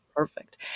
perfect